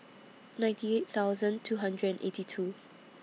ninety eight thousand two hundred and eighty two